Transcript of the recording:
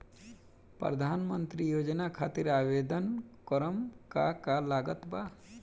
प्रधानमंत्री योजना खातिर आवेदन करम का का लागत बा?